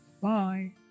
Bye